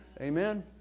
Amen